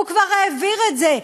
הוא כבר העביר את זה.